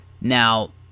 Now